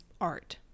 art